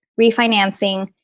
refinancing